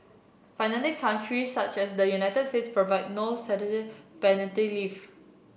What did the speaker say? finally countries such as the United States provide no statutory paternity leave